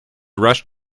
rushed